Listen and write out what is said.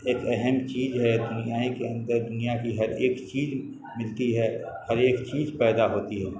ایک اہم چیز ہے دنیا کے اندر دنیا کی ہر ایک چیز ملتی ہے ہر ایک چیز پیدا ہوتی ہے